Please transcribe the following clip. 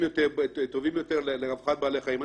יותר וטובים יותר לרווחת בעלי החיים.